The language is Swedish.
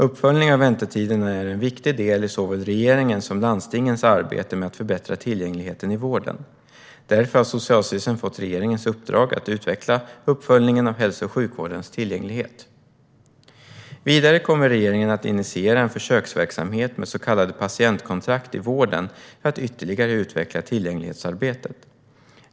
Uppföljning av väntetiderna är en viktig del i såväl regeringens som landstingens arbete med att förbättra tillgängligheten i vården. Därför har Socialstyrelsen fått regeringens uppdrag att utveckla uppföljningen av hälso och sjukvårdens tillgänglighet. Vidare kommer regeringen att initiera en försöksverksamhet med så kallade patientkontrakt i vården för att ytterligare utveckla tillgänglighetsarbetet.